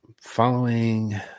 Following